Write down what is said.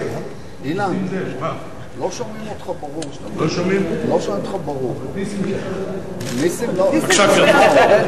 לא שומעים אותך ברור, בבקשה, גברתי.